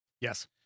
Yes